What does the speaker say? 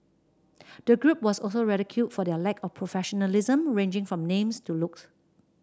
the group was also ridiculed for their lack of professionalism ranging from names to looks